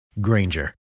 Granger